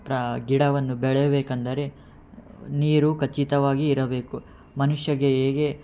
ಪ್ರಾ ಗಿಡವನ್ನು ಬೆಳೆಯಬೇಕೆಂದರೆ ನೀರು ಖಚಿತವಾಗಿ ಇರಬೇಕು ಮನುಷ್ಯನ್ಗೆ ಹೇಗೆ